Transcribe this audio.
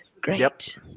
great